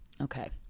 Okay